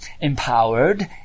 empowered